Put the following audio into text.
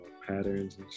patterns